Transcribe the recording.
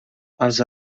els